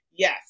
Yes